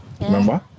Remember